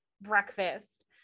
breakfast